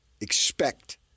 expect